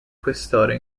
questore